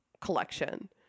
collection